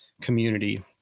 community